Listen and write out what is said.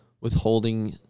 withholding